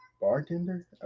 bartender